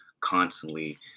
constantly